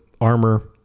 armor